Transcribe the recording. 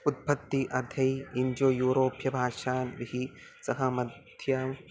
उत्पत्तिः अधै इन्जो यूरोप्यभाषाभिः सह मध्यां